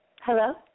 Hello